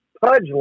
Pudge